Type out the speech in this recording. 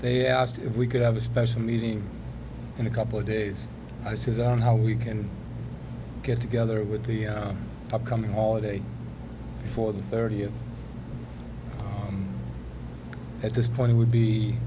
they asked if we could have a special meeting in a couple of days i says on how we can get together with the upcoming holiday for the thirtieth at this point would be